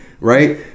right